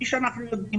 כפי שאנחנו יודעים,